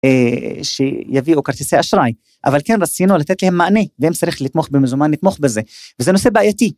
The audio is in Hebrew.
שיביאו כרטיסי אשראי. אבל כן רצינו לתת להם מענה, ואם צריך לתמוך במזומן, נתמוך בזה, וזה נושא בעייתי.